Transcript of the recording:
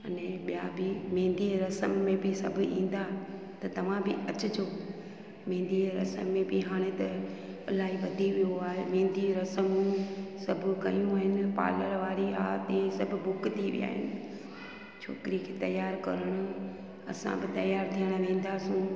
अने ॿिया बि मेहंदी जी रस्म में बि सभु ईंदा त तव्हां बि अचिजो मेहंदी जी रस्म में बि हाणे त इलाही वधी वियो आहे मेहंदी जी रस्मूं सभु कयूं आहिनि पालर वारी हा ते सभु बुक थी विया आहिनि छोकिरी खे तयार करणियूं असां बि तयार थियण वेंदासीं